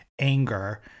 anger